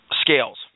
scales